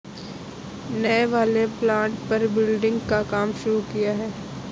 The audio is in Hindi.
नए वाले प्लॉट पर बिल्डिंग का काम शुरू किया है